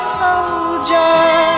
soldier